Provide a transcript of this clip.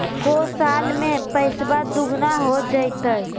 को साल में पैसबा दुगना हो जयते?